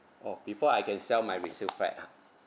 oh before I can sell my resale flat ah